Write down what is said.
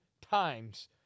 times